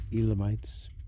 Elamites